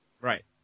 right